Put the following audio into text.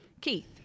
Keith